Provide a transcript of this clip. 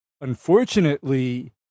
unfortunately